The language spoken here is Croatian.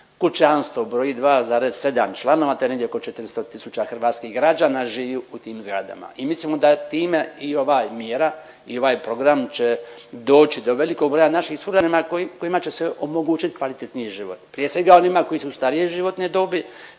kućanstvo broji 2,7 članova to je negdje oko 400 tisuća hrvatskih građana živi u tim zgradama. I mislimo da time i ova mjera i ovaj program će doći do velikog broja naših sugrađana kojima će se omogućit kvalitetniji život, prije svega onima koji su starije životne dobi,